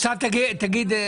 עכשיו תגיד לי,